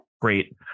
great